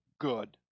good